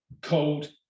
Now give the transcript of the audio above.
cold